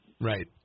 Right